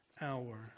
hour